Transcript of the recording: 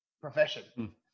profession